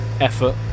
effort